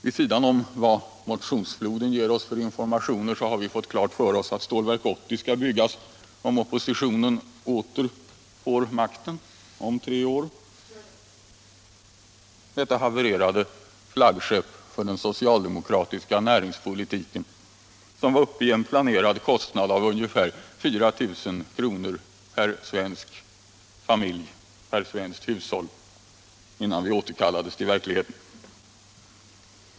Vid sidan om den information motionsfloden ger oss har vi fått klart för oss att Stålverk 80 skall byggas om oppositionen åter får makten om tre år — detta havererade flaggskepp för den socialdemokratiska näringspolitiken som var uppe i en planerad kostnad av ungefär 4 000 kr. per svenskt hushåll innan vi återkallades till verkligheten.